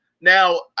Now